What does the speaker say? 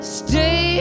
stay